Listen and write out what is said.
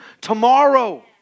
tomorrow